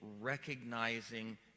recognizing